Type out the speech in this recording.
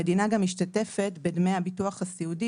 המדינה גם משתתפת בדמי הביטוח הסיעודי